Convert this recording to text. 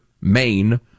Maine